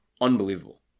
unbelievable